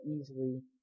easily